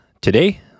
Today